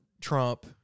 Trump